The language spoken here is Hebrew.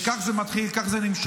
כך זה מתחיל, כך זה נמשך.